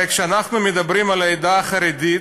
הרי כשאנחנו מדברים על העדה החרדית,